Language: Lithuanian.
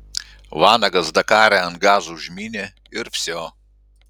vanagas dakare ant gazo užmynė ir vsio